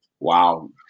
Wow